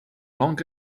long